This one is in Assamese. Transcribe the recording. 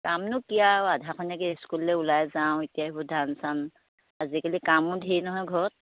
কামনো কি আৰু আধাখনীয়াকৈ স্কুললৈ ওলাই যাওঁ এতিয়া সেইবোৰ ধান চান আজিকালি কামো ধেৰ নহয় ঘৰত